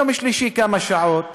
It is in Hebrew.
יום שלישי כמה שעות,